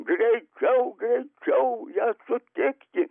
greičiau greičiau ją sutikti